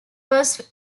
was